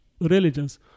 religions